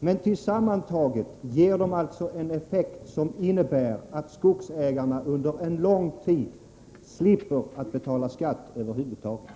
men tillsammans ger de en effekt som innebär att skogsägarna under lång tid slipper betala skatt över huvud taget.